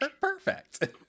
perfect